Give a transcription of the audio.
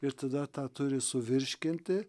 ir tada tą turi suvirškinti